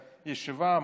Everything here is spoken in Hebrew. לישיבה,